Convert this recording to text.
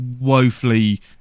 woefully